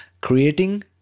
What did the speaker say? creating